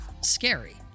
scary